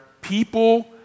people